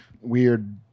weird